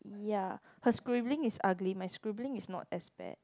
ya her scribbling is ugly my scribbling is not as bad